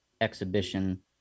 exhibition